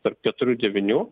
tarp keturių devynių